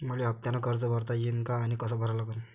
मले हफ्त्यानं कर्ज भरता येईन का आनी कस भरा लागन?